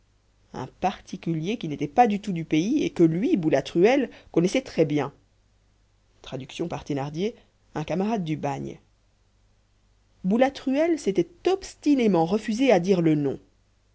un particulier qui n'était pas du tout du pays et que lui boulatruelle connaissait très bien traduction par thénardier un camarade du bagne boulatruelle s'était obstinément refusé à dire le nom